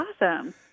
Awesome